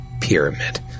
pyramid